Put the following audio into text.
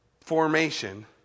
formation